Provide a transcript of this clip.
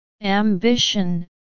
Ambition